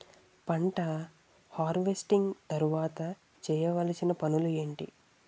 పంట హార్వెస్టింగ్ తర్వాత చేయవలసిన పనులు ఏంటి?